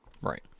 right